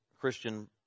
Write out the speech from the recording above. Christian